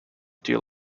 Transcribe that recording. deal